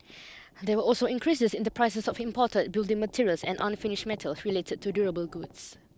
there were also increases in the prices of imported building materials and unfinished metals related to durable goods